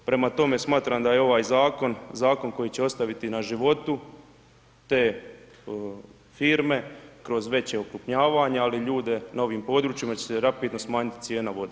Prema tome, smatram da je ovaj zakon, zakon koji će ostaviti na životu te firme kroz veća okrupnjavanja ali i ljude na ovim područjima jer će se rapidno smanjiti cijena vode.